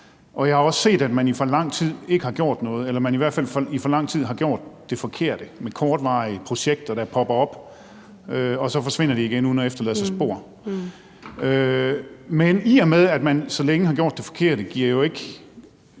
og jeg har også set, at man i for lang tid ikke har gjort noget, eller at man i hvert fald i for lang tid har gjort det forkerte med kortvarige projekter, der popper op, og som så forsvinder igen uden at efterlade sig spor. Men at man så længe har gjort det forkerte, giver jo,